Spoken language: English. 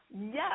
yes